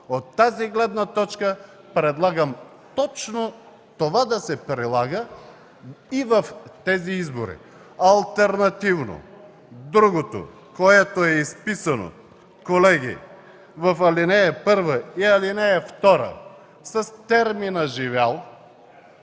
От тази гледна точка предлагам точно това да се прилага и в тези избори. Алтернативно другото, което е изписано, колеги, в ал. 1 и ал. 2 с термина „живял”,